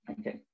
okay